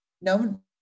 no